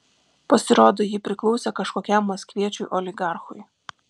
pasirodo ji priklausė kažkokiam maskviečiui oligarchui